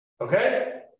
Okay